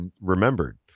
remembered